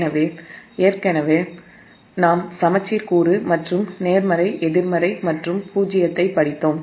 எனவே ஏற்கனவே நாம் சமச்சீர் கூறு மற்றும் நேர்மறை எதிர்மறை மற்றும் வரிசை கூறுகள் பூஜ்ஜியத்தைப் படித்தோம்